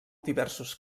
diversos